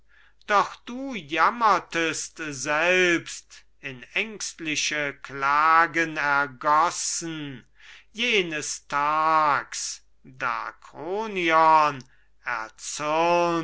doch du jammertest selbst in ängstliche klagen ergossen jenes tags da kronion erzürnt